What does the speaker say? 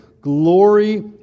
glory